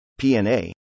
PNA